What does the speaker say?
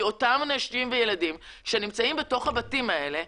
כי אותם נשים וילדים שנמצאים בתוך הבתים האלה,